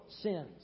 sins